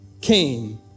came